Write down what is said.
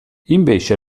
invece